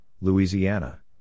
Louisiana